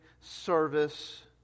service